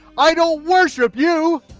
i don't worship you!